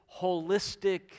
holistic